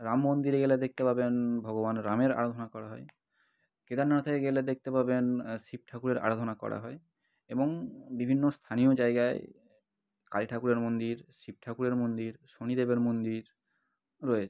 রাম মন্দিরে গেলে দেখতে পাবেন ভগবান রামের আরাধনা করা হয় কেদারনাথে গেলে দেখতে পাবেন শিব ঠাকুরের আরাধনা করা হয় এবং বিভিন্ন স্থানীয় জায়গায় কালী ঠাকুরের মন্দির শিব ঠাকুরের মন্দির শনি দেবের মন্দির রয়েছে